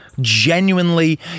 Genuinely